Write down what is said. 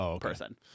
person